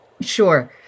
Sure